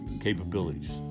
capabilities